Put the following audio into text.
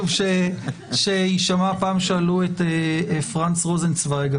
פעם שאלו את פרנץ רוזנצווייג,